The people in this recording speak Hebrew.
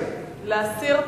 להסיר.